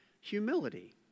humility